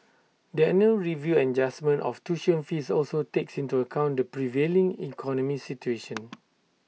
the annual review and adjustment of tuition fees also takes into account the prevailing economic situation